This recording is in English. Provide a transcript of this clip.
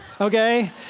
okay